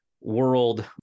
world